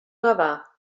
gavà